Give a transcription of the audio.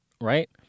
right